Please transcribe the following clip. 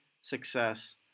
success